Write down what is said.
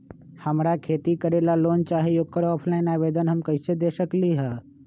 हमरा खेती करेला लोन चाहि ओकर ऑफलाइन आवेदन हम कईसे दे सकलि ह?